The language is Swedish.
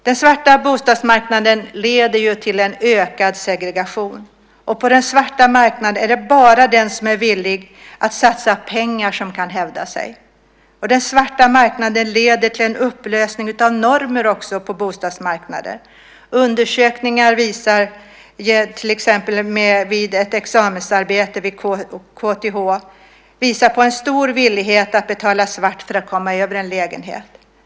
Den svarta bostadsmarknaden leder till ökad segregation. På den svarta marknaden är det bara den som är villig att satsa pengar som kan hävda sig. Den svarta marknaden leder också till en upplösning av normerna på bostadsmarknaden. Undersökningar, till exempel ett examensarbete vid KTH, visar på en stor villighet att betala svart för att komma över en lägenhet.